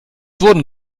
wurden